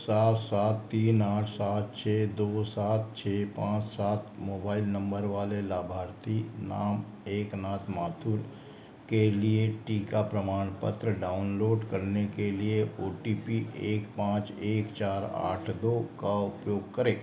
सात सात तीन आठ सात छ दो सात छ पाँच सात मोबाइल नंबर वाले लाभार्थी नाम एकनाथ माथुर के लिए टीका प्रमाणपत्र डाउनलोड करने के लिए ओटीपी एक पाँच एक चार आठ दो का उपयोग करें